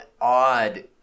odd